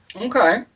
Okay